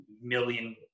million